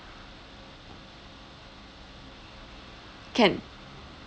can